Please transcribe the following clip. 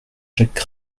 jacques